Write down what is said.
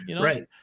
Right